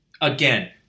Again